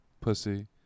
pussy